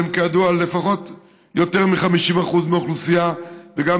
שהן כידוע יותר מ-50% מהאוכלוסייה וגם